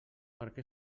perquè